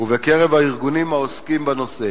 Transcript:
ובקרב הארגונים העוסקים בנושא,